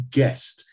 guest